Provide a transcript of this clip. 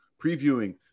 previewing